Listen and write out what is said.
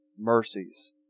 mercies